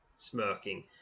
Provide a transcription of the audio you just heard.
smirking